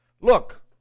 Look